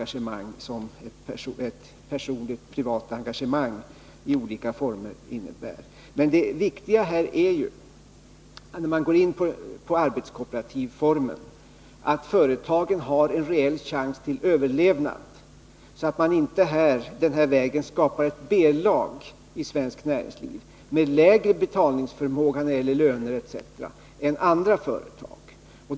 Men när man går in för arbetskooperativformen är det viktigt att se till att företaget har en rejäl chans till överlevnad, så att man inte inom svenskt näringsliv skapar ett B-lag med lägre betalningsförmåga när det gäller löner etc. än andra företag.